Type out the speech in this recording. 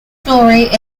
jewelry